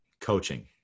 coaching